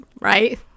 right